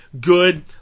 good